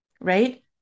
right